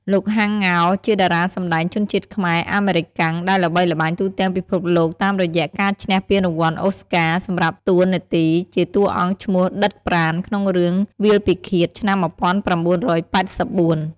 លោក ហាំង ង៉ោរ ជាតារាសម្តែងជនជាតិខ្មែរ-អាមេរិកាំង ដែលល្បីល្បាញទូទាំងពិភពលោកតាមរយៈការឈ្នះពានរង្វាន់អូស្ការ សម្រាប់តួនាទីជាតួអង្គឈ្មោះ ឌិត ប្រាណ ក្នុងរឿង "វាលពិឃាត"ឆ្នាំ ១៩៨៤។